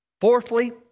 Fourthly